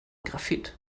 graphit